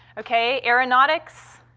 okay. aeronautics?